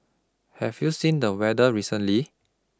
have you seen the weather recently